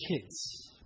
kids